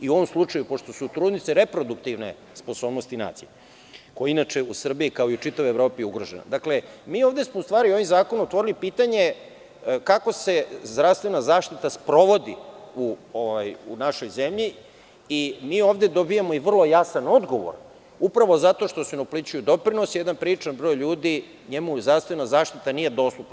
U ovom slučaju, pošto su trudnice reproduktivne sposobnosti nacije, koja je inače u Srbiji, kao i u čitavoj Evropi ugrožena, dakle, ovim zakonom smo otvorili pitanje kako se zdravstvena zaštita sprovodi u našoj zemlji i ovde dobijamo vrlo jasan odgovor, upravo zato što se ne uplaćuju doprinosi, jedan priličan broj ljudi, njemu zdravstvena zaštita nije dostupna.